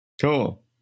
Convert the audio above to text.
Cool